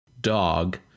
dog